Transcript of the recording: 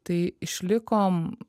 tai išlikom